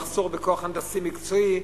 מחסור בכוח הנדסי מקצועי,